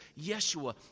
Yeshua